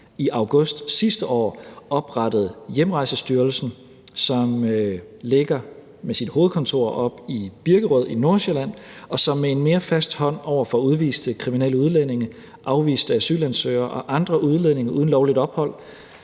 i august sidste år oprettede Hjemrejsestyrelsen, som ligger med sit hovedkontor oppe i Birkerød i Nordsjælland, og som med en mere fast hånd over for udviste kriminelle udlændinge, afviste asylansøgere og andre udlændinge uden lovligt ophold